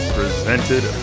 presented